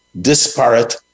disparate